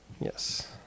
Yes